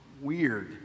weird